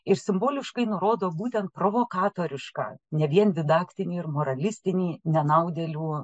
ir simboliškai nurodo būtent provokatorišką ne vien didaktinį ir moralistinį nenaudėlių